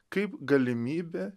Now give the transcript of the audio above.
kaip galimybė